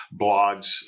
blogs